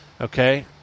Okay